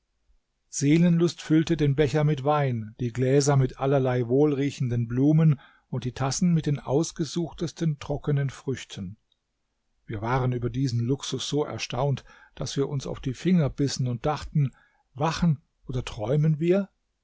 seelenlust füllte den becher mit wein die gläser mit allerlei wohlriechenden blumen und die tassen mit den ausgesuchtesten trockenen früchten wir waren über diesen luxus so erstaunt daß wir uns auf die finger bissen und dachten wachen oder träumen wir